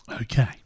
Okay